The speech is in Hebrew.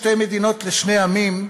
שתי מדינות לשני עמים,